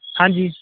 ਹਾਂਜੀ